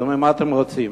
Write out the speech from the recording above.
אמרו: מה אתם רוצים?